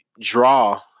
draw